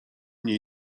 nie